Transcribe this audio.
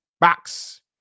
box